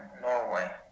norway